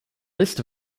list